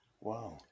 Wow